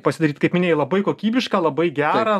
pasidaryt kaip minėjai labai kokybišką labai gerą